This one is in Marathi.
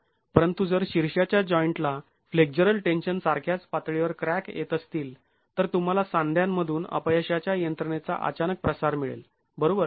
परंतु जर शीर्षाच्या जॉईंट ला फ्लेक्झरल टेन्शन सारख्याच पातळीवर क्रॅक येत असतील तर तुम्हाला सांध्या मधून अपयशाच्या यंत्रणेचा अचानक प्रसार मिळेल बरोबर